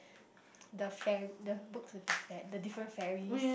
the fair the books with the fair the different fairies